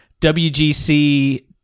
WGC